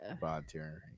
volunteering